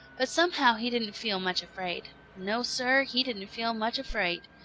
but somehow he didn't feel much afraid. no, sir, he didn't feel much afraid.